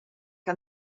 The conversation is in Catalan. que